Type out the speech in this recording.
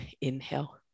inhale